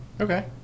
Okay